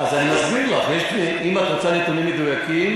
אז אני מסביר לך: אם את רוצה נתונים מדויקים,